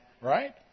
Right